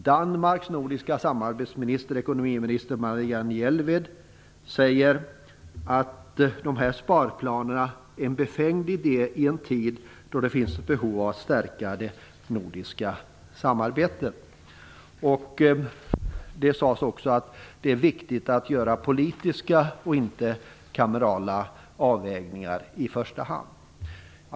Danmarks nordiska samarbetsminister, ekonomiminister Marianne Jelved säger att de här sparplanerna är en befängd idé i en tid då det finns behov av att stärka det nordiska samarbetet. Det sades också att det är viktigt att göra politiska och inte kamerala avvägningar i första hand.